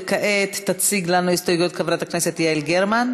וכעת תציג לנו הסתייגויות חברת הכנסת יעל גרמן.